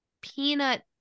peanut